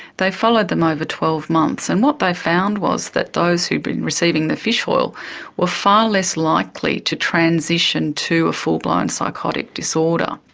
they followed them over twelve months, and what they found was that those who had been receiving the fish oil were far less likely to transition to a full-blown psychotic disorder.